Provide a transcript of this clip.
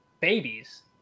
babies